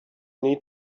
need